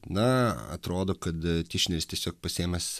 na atrodo kad tišneris tiesiog pasiėmęs